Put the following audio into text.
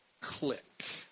Click